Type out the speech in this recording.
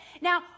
now